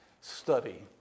study